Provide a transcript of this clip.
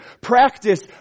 Practice